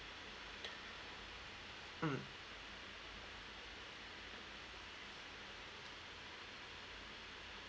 mm